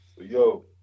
yo